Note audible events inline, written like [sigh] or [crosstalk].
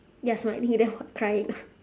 ya smiling then [laughs] what crying ah